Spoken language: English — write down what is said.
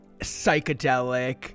psychedelic